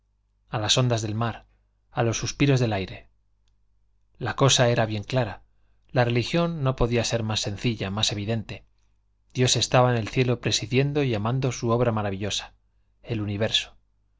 a las ondas del mar a los suspiros del aire la cosa era bien clara la religión no podía ser más sencilla más evidente dios estaba en el cielo presidiendo y amando su obra maravillosa el universo